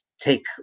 take